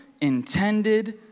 intended